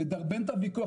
לדרבן את הוויכוח,